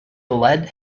led